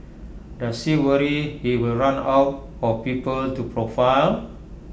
does he worry he will run out of people to profile